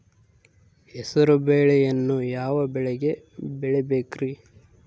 ಹೆಸರುಬೇಳೆಯನ್ನು ಯಾವ ಮಳೆಗೆ ಬೆಳಿಬೇಕ್ರಿ?